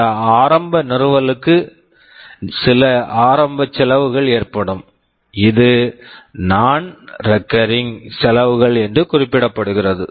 அந்த ஆரம்ப நிறுவலுக்கு சில ஆரம்ப செலவுகள் ஏற்படும் இது நான் ரெக்கரிங் non recurring செலவுகள் என குறிப்பிடப்படுகிறது